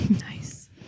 Nice